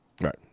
Right